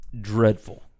dreadful